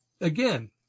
again